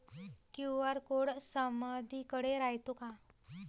QR code समदीकडे रायतो का?